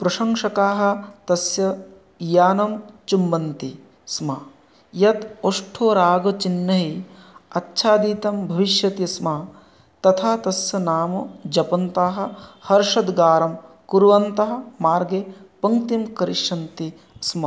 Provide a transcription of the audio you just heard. प्रशंसकाः तस्य यानं चुम्बन्ति स्म यत् अष्ठरागचिह्नैः आच्छादितं भविष्यति स्म तथा तस्य नाम जपन्तः हर्षद्गारं कुर्वन्तः मार्गे पङ्क्तिं करिष्यन्ति स्म